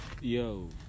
Yo